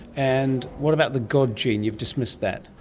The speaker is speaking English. and what about the god gene? you've dismissed that.